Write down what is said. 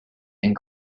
and